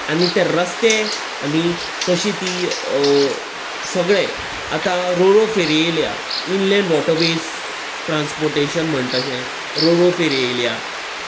आनी ते रस्ते आनी तशी ती सगळें आतां रोवरो फेरय येल्या इनलँड वॉटरवेज ट्रांसपोटेशन म्हणटशें रोवरो फेरेल्या